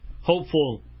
hopeful